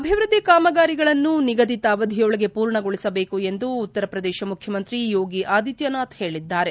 ಅಭಿವ್ನದ್ಲಿ ಕಾಮಗಾರಿಗಳನ್ನು ನಿಗದಿತ ಅವಧಿಯೊಳಗೆ ಪೂರ್ಣಗೊಳಿಸಬೇಕು ಎಂದು ಉತ್ತರ ಪ್ರದೇತ ಮುಖ್ಯಮಂತ್ರಿ ಯೋಗಿ ಆದಿತ್ಯ ನಾಥ್ ಹೇಳಿದ್ದಾರೆ